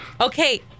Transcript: Okay